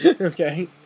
Okay